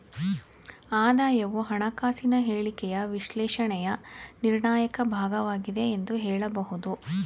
ಆದಾಯವು ಹಣಕಾಸಿನ ಹೇಳಿಕೆಯ ವಿಶ್ಲೇಷಣೆಯ ನಿರ್ಣಾಯಕ ಭಾಗವಾಗಿದೆ ಎಂದು ಹೇಳಬಹುದು